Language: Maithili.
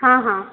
हॅं हॅं